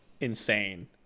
insane